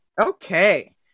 Okay